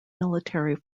military